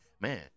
man